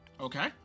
Okay